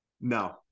No